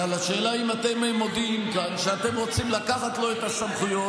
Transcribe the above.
אבל השאלה היא אם אתם מודיעים כאן שאתם רוצים לקחת לו את הסמכויות.